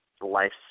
life